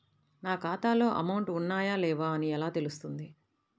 నా ఖాతాలో అమౌంట్ ఉన్నాయా లేవా అని ఎలా తెలుస్తుంది?